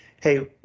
Hey